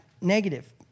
negative